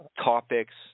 topics